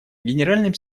генеральным